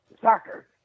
Soccer